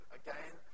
again